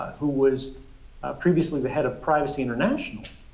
who was previously the head of privacy international